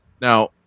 Now